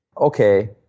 Okay